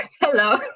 hello